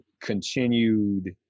Continued